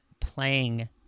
playing